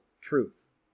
truth